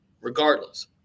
Regardless